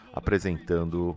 apresentando